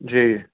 जी